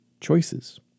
choices